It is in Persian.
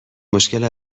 مشکل